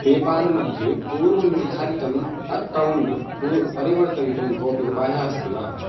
PayPal मध्ये पूर्वनिर्धारितम् account पू परिवर्तयितुं कोपि उपायः अस्ति वा